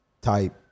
type